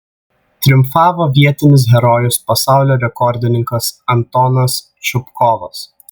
triumfavo vietinis herojus pasaulio rekordininkas antonas čupkovas